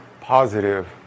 positive